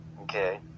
okay